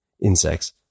Insects